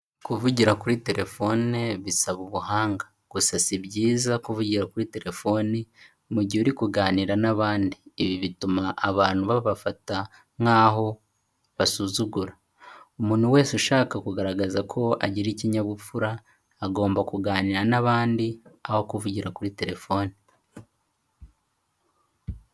Kuvugira kuri telefone bisaba ubuhanga. Gusa si byiza kuvugira kuri telefoni mu gihe uri kuganira n'abandi. Ibi bituma abantu babafata nk'aho basuzugura. Umuntu wese ushaka kugaragaza ko agira ikinyabupfura agomba kuganira n'abandi aho kuvugira kuri telefone.